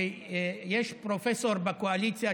שיש פרופסור בקואליציה,